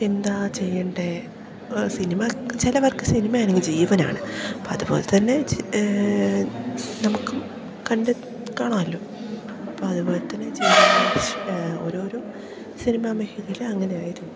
എന്താണ് ചെയ്യേണ്ടത് സിനിമ ചിലവർക്ക് സിനിമയാണെങ്കിൽ ജീവനാണ് അപ്പം അതുപോല തന്നെ നമുക്കും കണ്ടു കാണാമല്ലോ അപ്പം അതുപോലെ തന്നെ ഓരോരോ സിനിമാ മേഖലയിൽ അങ്ങനെ ആയിരുന്നു